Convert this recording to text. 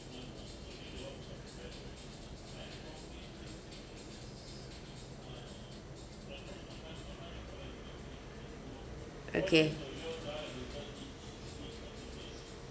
okay